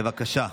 בבקשה.